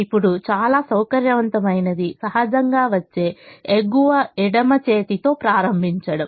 ఇప్పుడు చాలా సౌకర్యవంతమైనది సహజంగా వచ్చే ఎగువ ఎడమ చేతితో ప్రారంభించడం